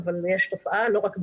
אבל יש תופעה לא רק באילת,